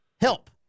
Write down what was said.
Help